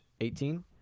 Eighteen